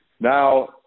Now